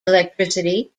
electricity